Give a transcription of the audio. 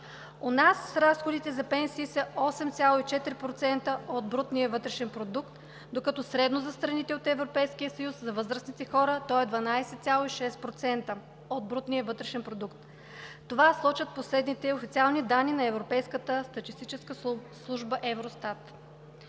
У нас разходите за пенсии са 8,4% от брутния вътрешен продукт, докато средно за страните от Европейския съюз, за възрастните хора, той е 12,6% от брутния вътрешен продукт. Това сочат последните официални данни на Европейската статистическа служба Евростат.